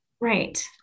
Right